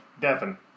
Devin